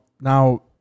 now